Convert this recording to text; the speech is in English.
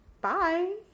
Bye